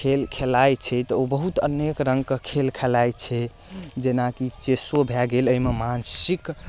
खेल खेलाइ छै तऽ ओ बहुत अनेक रङ्गके खेल खेलाइ छै जेनाकि चेसो भए गेल अइमे मानसिक